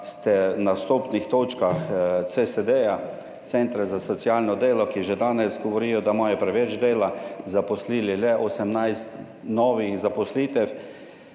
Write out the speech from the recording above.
ste na vstopnih točkah CSD - centre za socialno delo, ki že danes govorijo, da imajo preveč dela, zaposlili le 18 novih zaposlitev